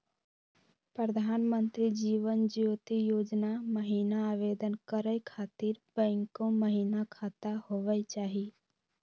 प्रधानमंत्री जीवन ज्योति योजना महिना आवेदन करै खातिर बैंको महिना खाता होवे चाही?